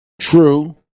True